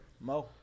Mo